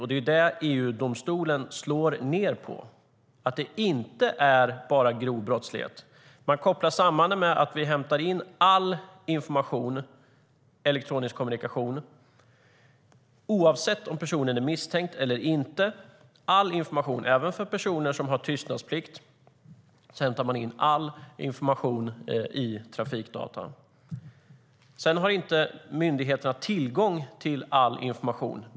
Det är det EU-domstolen slår ned på, att det inte är bara grov brottslighet. Man kopplar samman det med att vi hämtar in all information om elektronisk kommunikation oavsett om personen är misstänkt eller inte - all information. Även för personer som har tystnadsplikt hämtar man in all information i trafikdata. Myndigheterna har inte tillgång till all information.